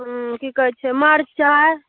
उँ कि कहै छै मरचाइ